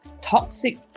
toxic